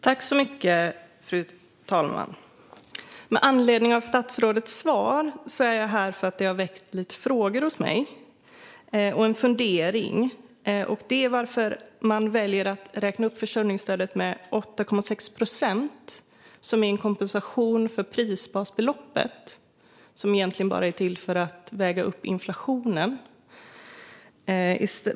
Fru talman! Statsrådets svar har väckt lite frågor hos mig och en fundering. Det gäller varför man väljer att räkna upp försörjningsstödet med 8,6 procent som en kompensation för prisbasbeloppet, som egentligen bara är till för att väga upp inflationen.